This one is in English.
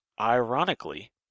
ironically